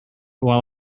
while